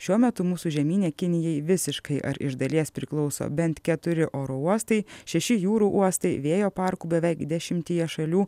šiuo metu mūsų žemyne kinijai visiškai ar iš dalies priklauso bent keturi oro uostai šeši jūrų uostai vėjo parkų beveik dešimtyje šalių